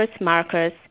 markers